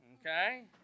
okay